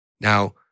Now